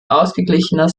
ausgeglichener